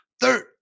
third